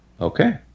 okay